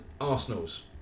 Arsenal's